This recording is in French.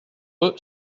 eux